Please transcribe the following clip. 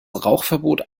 rauchverbot